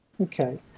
okay